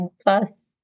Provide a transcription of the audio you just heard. plus